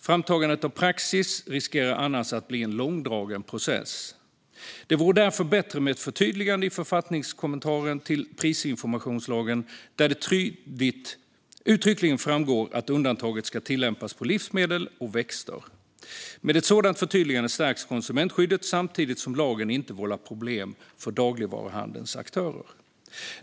Framtagandet av praxis riskerar annars att bli en långdragen process. Det vore därför bättre med ett förtydligande i författningskommentaren till prisinformationslagen där det uttryckligen framgår att undantaget ska tillämpas på livsmedel och växter. Med ett sådant förtydligande stärks konsumentskyddet samtidigt som lagen inte vållar problem för dagligvaruhandelns aktörer.